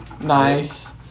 Nice